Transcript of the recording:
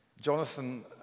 Jonathan